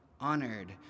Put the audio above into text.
honored